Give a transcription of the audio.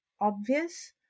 obvious